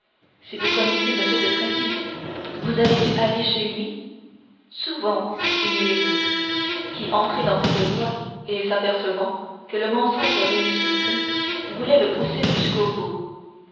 si vous connaissez m de tréville vous avez dû aller chez lui souvent dit milady qui entrée dans cette voie et s'apercevant que le mensonge réussissait voulait le pousser jusqu'au bout